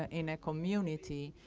ah in a community,